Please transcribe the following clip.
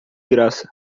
graça